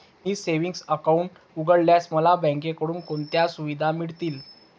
मी savings account उघडल्यास मला बँकेकडून कोणत्या सुविधा मिळतील?